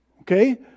Okay